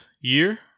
year